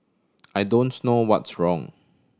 I don't know what's wrong